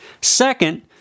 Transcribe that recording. Second